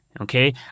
okay